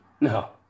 No